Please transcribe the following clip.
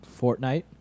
Fortnite